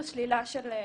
נימקנו.